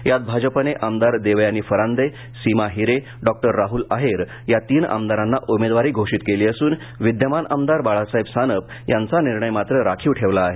यात भाजपने आमदार देवयानी फरांदे सीमा हिरे डॉ राहुल आहेर या तीन आमदारांना उमेदवारी घोषित केली असून विद्यमान आमदार बाळासाहेब सानप यांचा निर्णय मात्र राखीव ठेवला आहे